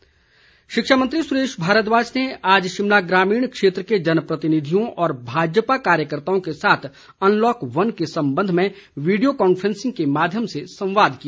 भारद्वाज शिक्षा मंत्री सुरेश भारद्वाज ने आज शिमला ग्रामीण क्षेत्र के जनप्रतिनिधियों और भाजपा कार्यकर्ताओं के साथ अनलॉक वन के संबंध में वीडियो कांफ्रेंसिंग के माध्यम से संवाद किया